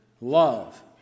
love